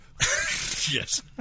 Yes